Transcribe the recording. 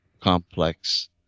complex